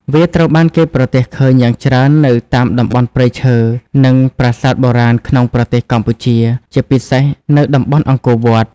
វាត្រូវបានគេប្រទះឃើញយ៉ាងច្រើននៅតាមតំបន់ព្រៃឈើ និងប្រាសាទបុរាណក្នុងប្រទេសកម្ពុជា ជាពិសេសនៅតំបន់អង្គរវត្ត។